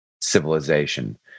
civilization